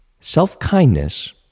Self-kindness